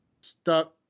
stuck